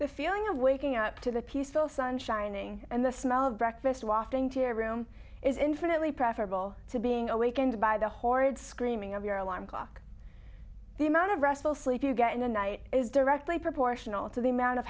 the feeling of waking up to the peaceful sun shining and the smell of breakfast wafting to room is infinitely preferable to being awakened by the horrid screaming of your alarm clock the amount of wrestle sleep you get in the night is directly proportional to the amount of